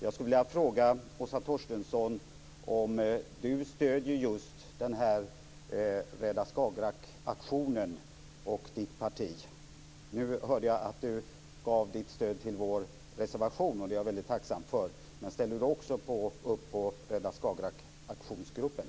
Jag skulle vilja fråga Åsa Torstensson om hon och hennes parti stöder den här Rädda Skagerrakaktionen. Nu hörde jag att hon gav sitt stöd till vår reservation, och det är jag väldigt tacksam för. Men ställer Åsa Torstensson också upp på aktionsgruppen